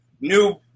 new